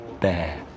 bear